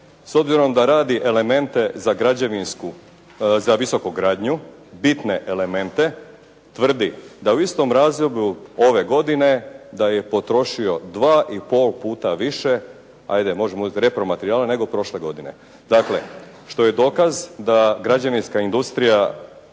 S obzirom da radi elemente za građevinsku, za visoku gradnju, bitne elemente, tvrdi da u istom razdoblju ove godine da je potrošio dva i pol puta više ajde možemo uzeti repromaterijala nego prošle godine. Dakle što je dokaz da građevinska industrija,